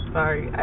Sorry